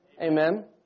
Amen